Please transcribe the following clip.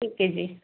ਠੀਕ ਐ ਜੀ